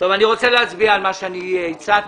אני רוצה להצביע על מה שאני הצעתי.